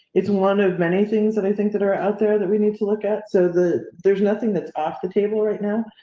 it's one of many things that i think that are out there that we need to look at so that there's nothing that's off the table right now,